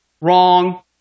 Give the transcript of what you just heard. Wrong